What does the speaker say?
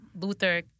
Luther